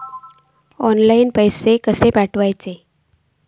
Online पैसे कशे पाठवचे?